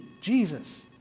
Jesus